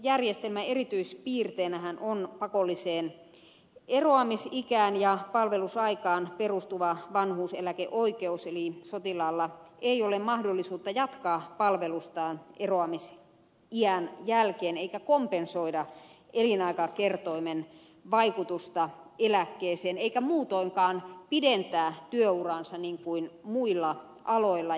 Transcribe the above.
sotilaseläkejärjestelmän erityispiirteenähän on pakolliseen eroamisikään ja palvelusaikaan perustuva vanhuuseläkeoikeus eli sotilaalla ei ole mahdollisuutta jatkaa palvelustaan eroamisiän jälkeen eikä kompensoida elinaikakertoimen vaikutusta eläkkeeseen eikä muutoinkaan pidentää työuraansa niin kuin muilla aloilla on